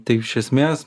tai iš esmės